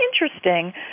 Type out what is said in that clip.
interesting